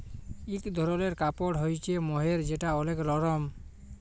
ইক ধরলের কাপড় হ্য়চে মহের যেটা ওলেক লরম